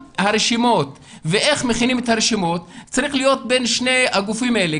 הרשימות ואיך מכינים את הרשימות צריך להיות בין שני הגופים האלה,